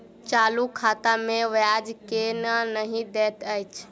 चालू खाता मे ब्याज केल नहि दैत अछि